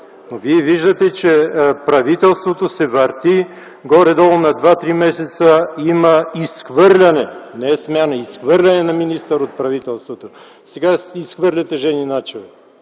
но вие виждате, че правителството се върти, горе-долу на 2-3 месеца има изхвърляне – не смяна, а изхвърляне на министър от правителството. Сега изхвърляте Жени Начева.